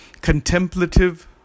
contemplative